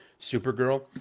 Supergirl